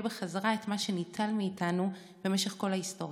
בחזרה את מה שניטל מאיתנו במשך כל ההיסטוריה.